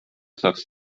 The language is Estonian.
saaks